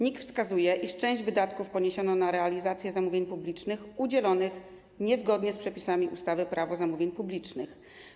NIK wskazuje, iż cześć wydatków została poniesiona na realizację zamówień publicznych udzielonych niezgodnie z przepisami ustawy Prawo zamówień publicznych.